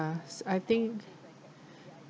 I think